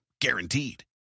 Guaranteed